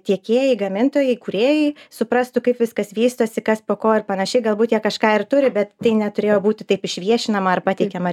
tiekėjai gamintojai kūrėjai suprastų kaip viskas vystosi kas po ko ir panašiai galbūt jie kažką ir turi bet tai neturėjo būti taip išviešinama ar pateikiama